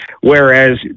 Whereas